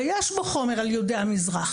ויש בו חומר על יהודי המזרח